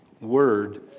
word